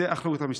זו אחריות המשטרה.